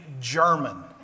German